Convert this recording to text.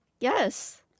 Yes